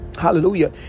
hallelujah